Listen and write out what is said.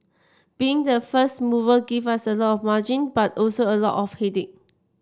being the first mover gave us a lot of margin but also a lot of headache